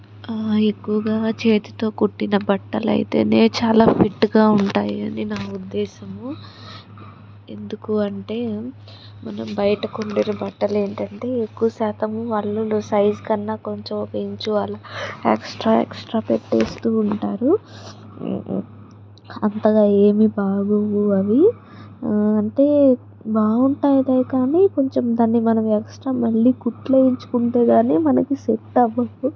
ఎక్కువగా చేతితో కుట్టిన బట్టలు అయితేనే చాలా ఫిట్గా ఉంటాయి అని నా ఉద్దేశ్యము ఎందుకు అంటే మనం బయటకు ఉండేది బట్టలేంటంటే ఎక్కువ శాతం వాళ్ళు సైజు కన్నా కొంచెం ఇంచు వాళ్ళు ఎక్స్ట్రా ఎక్స్ట్రా పెట్టేస్తూ ఉంటారు అంతగా ఏమీ బాగోవు అవి అంటే బాగుంటాయిలే కానీ కొంచెం దాన్ని మనం ఎక్స్ట్రా మళ్ళీ కుట్లు వేయించుకుంటే కాని మనకి సెట్ అవ్వదు